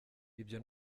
ibyo